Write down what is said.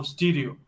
Stereo